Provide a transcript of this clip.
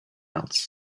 else